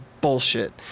bullshit